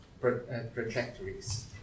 trajectories